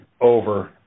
over